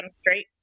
straight